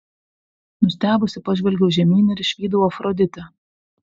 nustebusi pažvelgiau žemyn ir išvydau afroditę